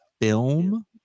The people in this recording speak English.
film